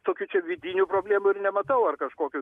tokių čia vidinių problemų ir nematau ar kažkokių